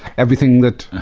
everything that.